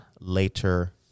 later